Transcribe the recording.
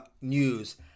news